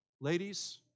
Ladies